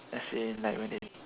as in like when they